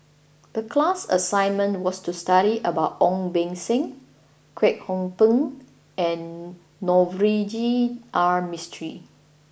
the class assignment was to study about Ong Beng Seng Kwek Hong Png and Navroji R Mistri